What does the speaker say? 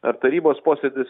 ar tarybos posėdis